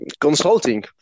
Consulting